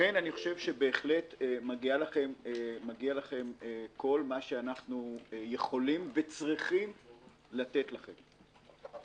לכן אני חושב שבהחלט מגיע לכם כל מה שאנחנו יכולים וצריכים לתת לכם.